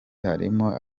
harimo